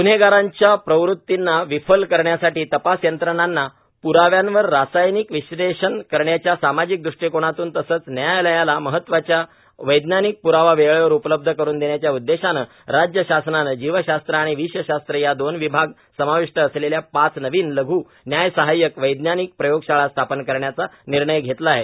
ग्न्हेगारांच्या प्रवृतींना विफल करण्यासाठी तपास यंत्रणांना प्राव्यांवर रासायनिक विश्लेषन करण्याच्या सामाजिक दृष्टिकोनातून तसेच न्यायालयाला महत्वाचा वैज्ञानिक प्रावा वेळेवर उपलब्ध करून देण्याच्या उद्देशाने राज्य शासनाने जीवशास्त्र आणि विषशास्त्र हे दोन विभाग समाविष्ट असलेल्या पाच नवीन लघ् न्यायसहाय्यक वैज्ञानिक प्रयोगशाळा स्थापन करण्याचा निर्णय धेतला आहे